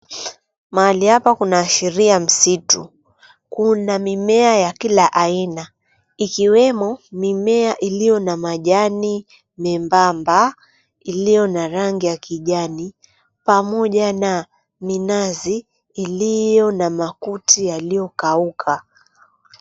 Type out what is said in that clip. Mahali hapa kunaashiria msitu. Kuna mimea ya kila aina ikiwemo mimea iliyo na majani membamba iliyo na rangi ya kijani pamoja na minazi iliyo na makuti yaliyokauka.